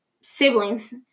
siblings